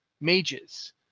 mages